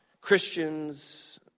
Christians